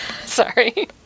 Sorry